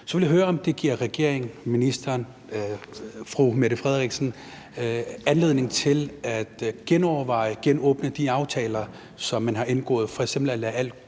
så vil jeg høre, om det giver regeringen, ministeren, fru Mette Frederiksen, anledning til at genoverveje og genåbne de aftaler, som man har indgået, f.eks. at lade al